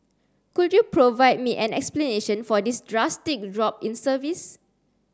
could you provide me an explanation for this drastic drop in service